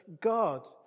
God